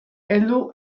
heldu